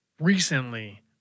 recently